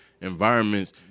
Environments